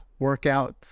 workouts